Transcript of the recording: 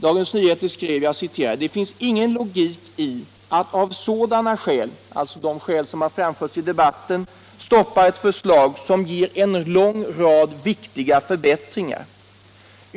Dagens Nyheter skrev: ”Det finns ingen logik i att av sådana skäl” — alltså de skäl som har framförts i debatten - ”stoppa ett förslag som ger en rad viktiga förbättringar.